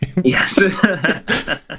yes